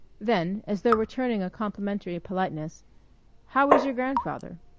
then, as though returning a complementary politeness how is your grandfather?